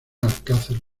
alcázar